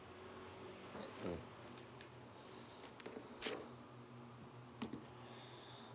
mm